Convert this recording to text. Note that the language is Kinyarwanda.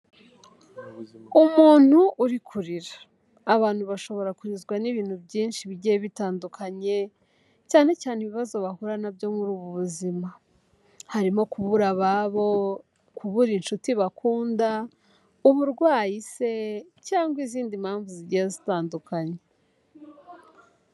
Umuntu uri kurira. Abantu bashobora kurizwa n'ibintu byinshi bigiye bitandukanye cyane cyane ibibazo bahura nabyo muri ubu buzima. Harimo kubura ababo, kubura inshuti bakunda, uburwayi se cyangwa izindi mpamvu zigiye zitandukanye.